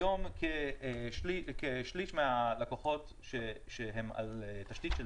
היום כשליש מהלקוחות שהם על תשתית של